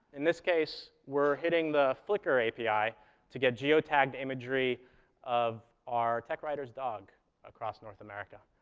in this case, we're hitting the flickr api to get geotagged imagery of our tech writer's dog across north america.